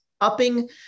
upping